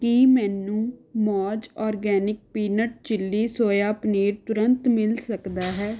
ਕੀ ਮੈਨੂੰ ਮੌਜ organic peanut chilli soya paneer ਤੁਰੰਤ ਮਿਲ ਸਕਦਾ ਹੈ